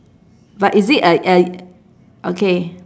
but is it a a okay